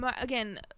again